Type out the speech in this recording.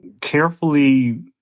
carefully